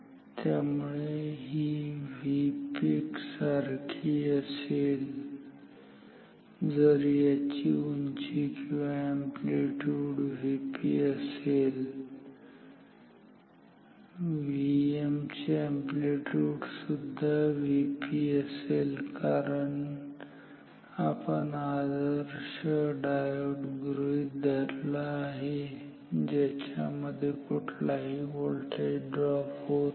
त्यामुळे ही Vpeak सारखी असेल जर याची उंची किंवा अॅम्पलीट्यूड Vp असेल Vm चे अॅम्पलीट्यूड सुद्धा Vp असेल कारण आपण आदर्श डायोड गृहीत धरले आहेत ज्यामध्ये कुठलाही व्होल्टेज ड्रॉप होत नाही